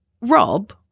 Rob